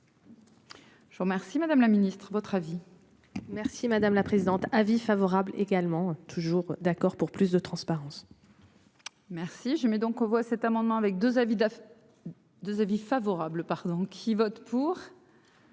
remercie, madame la Ministre votre avis. Merci madame la présidente, avis favorable également toujours d'accord pour plus de transparence. Merci. Si je mets donc aux voix cet amendement avec 2 avides. 2. Avis favorable pardon qui vote pour.